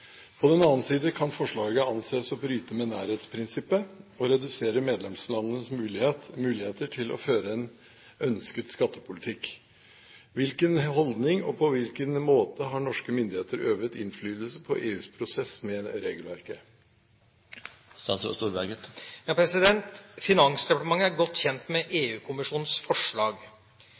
På den annen side kan forslaget anses å bryte med nærhetsprinsippet, og redusere medlemslandenes muligheter til å føre en ønsket skattepolitikk. Hvilken holdning, og på hvilken måte har norske myndigheter øvet innflytelse på EUs prosess med regelverket?» Finansdepartementet er godt kjent med EU-kommisjonens forslag.